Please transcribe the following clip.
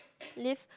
live